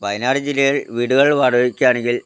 വയനാട് ജില്ലയിൽ വീടുകൾ വാടകയ്ക്കാണെങ്കിൽ